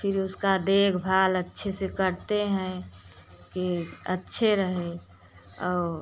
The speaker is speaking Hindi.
फिर उसका देख भाल अच्छे से करते हैं कि अच्छे रहे और